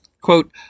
Quote